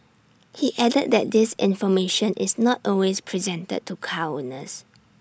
he added that this information is not always presented to car owners